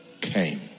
came